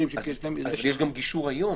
יש גם גישור היום.